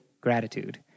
gratitude